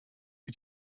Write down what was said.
wyt